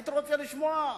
הייתי רוצה לשמוע.